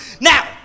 Now